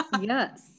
Yes